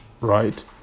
right